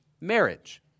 Marriage